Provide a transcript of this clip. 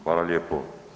Hvala lijepo.